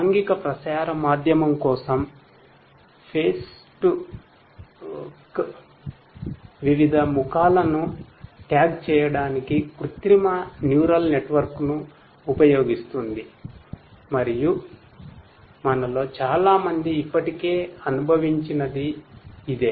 సాంఘిక ప్రసార మాధ్యమం కోసం ఫేస్బుక్ వివిధ ముఖాలను ట్యాగ్ చేయడానికి కృత్రిమ న్యూరల్ నెట్వర్క్ను ఉపయోగిస్తుంది మరియు మనలో చాలామంది ఇప్పటికే అనుభవించినది ఇదే